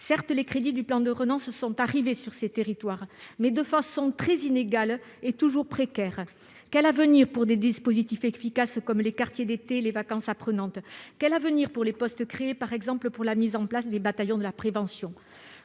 Certes, les crédits du plan de relance sont arrivés dans ces territoires, mais de façon très inégale et toujours précaire. Quel avenir pour des dispositifs efficaces comme Quartiers d'été et Vacances apprenantes ? Quel avenir pour les postes créés, par exemple pour la mise en place des bataillons de la prévention ?